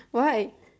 why